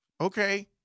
Okay